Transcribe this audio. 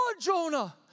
Jonah